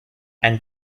and